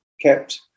kept